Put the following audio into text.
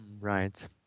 Right